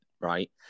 right